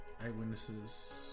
eyewitnesses